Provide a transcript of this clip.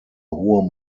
hohe